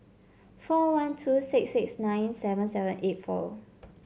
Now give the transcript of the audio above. four one two six six nine seven seven eight four